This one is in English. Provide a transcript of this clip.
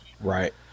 Right